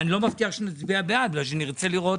אני לא מבטיח שנצביע בעד כי נרצה לראות